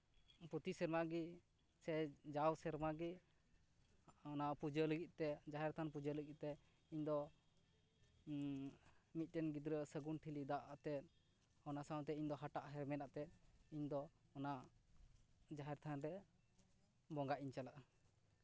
ᱯᱨᱚᱛᱤ ᱥᱮᱨᱢᱟ ᱜᱮ ᱥᱮ ᱡᱟᱣ ᱥᱮᱨᱢᱟᱜᱮ ᱚᱱᱟ ᱯᱩᱡᱟᱹ ᱞᱟᱹᱜᱤᱫ ᱛᱮ ᱡᱟᱦᱮᱨ ᱛᱷᱟᱱ ᱯᱩᱡᱟᱹ ᱞᱟᱹᱜᱤᱫ ᱛᱮ ᱤᱧ ᱫᱚ ᱢᱤᱫᱴᱮᱱ ᱜᱤᱫᱽᱨᱟᱹ ᱥᱮ ᱥᱟᱹᱜᱩᱱ ᱴᱷᱤᱞᱤ ᱫᱟᱜ ᱟᱛᱮᱫ ᱚᱱᱟ ᱥᱟᱶᱛᱮ ᱤᱧ ᱫᱚ ᱦᱟᱴᱟᱜ ᱦᱮᱨᱢᱮᱫ ᱟᱛᱮᱫ ᱤᱧ ᱫᱚ ᱚᱱᱟ ᱡᱟᱦᱮᱨ ᱛᱷᱟᱱ ᱨᱮ ᱵᱚᱸᱜᱟᱜ ᱤᱧ ᱪᱟᱞᱟᱜᱼᱟ